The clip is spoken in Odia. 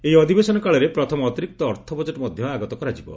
ଏହି ଅଧିବେଶନ କାଳରେ ପ୍ରଥମ ଅତିରିକ୍ତ ଅର୍ଥ ବଜେଟ୍ ମଧ୍ୟ ଆଗତ କରାଯିବ